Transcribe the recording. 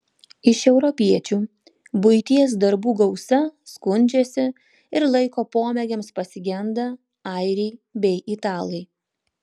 iš europiečių buities darbų gausa skundžiasi ir laiko pomėgiams pasigenda airiai bei italai